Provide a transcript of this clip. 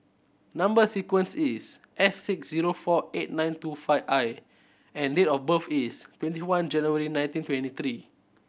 number sequence is S six zero four eight nine two five I and date of birth is twenty one January nineteen twenty three